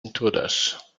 intruders